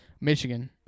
Michigan